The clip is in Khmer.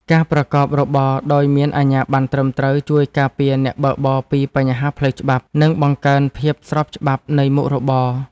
ការប្រកបរបរដោយមានអាជ្ញាបណ្ណត្រឹមត្រូវជួយការពារអ្នកបើកបរពីបញ្ហាផ្លូវច្បាប់ និងបង្កើនភាពស្របច្បាប់នៃមុខរបរ។